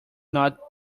not